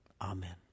Amen